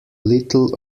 little